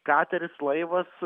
kateris laivas